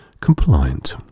compliant